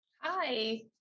Hi